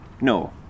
no